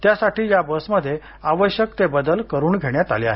त्यासाठी या बसमध्ये आवश्यक ते बदल करून घेण्यात आले आहेत